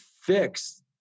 fix